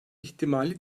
ihtimali